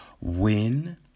win